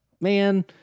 man